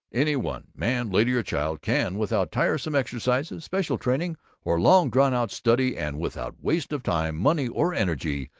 any one man, lady or child can, without tiresome exercises, special training or long drawn out study, and without waste of time, money or energy,